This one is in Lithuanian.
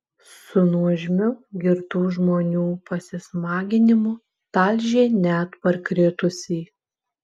su nuožmiu girtų žmonių pasismaginimu talžė net parkritusį